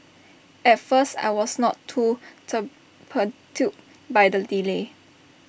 at first I was not too perturbed by the delay